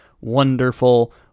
wonderful